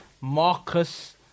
Marcus